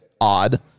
odd